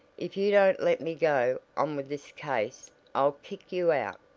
if you don't let me go on with this case i'll kick you out.